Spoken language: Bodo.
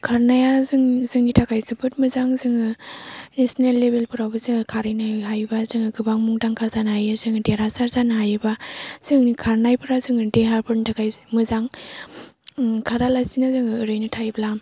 खारनाया जों जोंनि थाखाय जोबोद मोजां जोङो नेसनेल लेबेलफोरावबो जोङो खारहैनो हायोबा जोङो गोबां मुंदांखा जानो हायो जोङो देरहासार जानो हायोबा जोंनि खारनायफ्रा जोंनि देहाफोरनि थाखाय मोजां खारालासेनो जोङो ओरैनो थायोब्ला